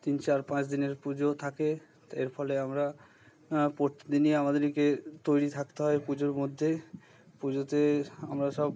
তিন চার পাঁচ দিনের পুজো থাকে তো এর ফলে আমরা প্রতিদিনই আমাদেরকে তৈরি থাকতে হয় পুজোর মধ্যে পুজোতে আমরা সব